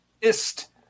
IST